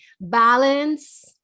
balance